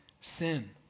sin